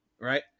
right